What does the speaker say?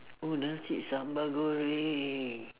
oh nasi sambal goreng